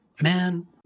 Man